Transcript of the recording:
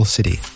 City